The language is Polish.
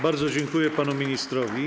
Bardzo dziękuję panu ministrowi.